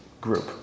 group